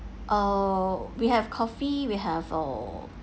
oh we have coffee we have a